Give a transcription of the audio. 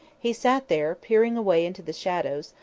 he sat there, peering away into the shadows,